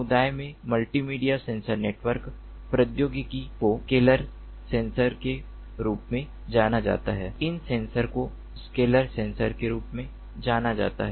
समुदाय में multimedia sensor network प्रौद्योगिकी को स्केलर सेंसर के रूप में जाना जाता है इन सेंसर को स्केलर सेंसर के रूप में जाना जाता है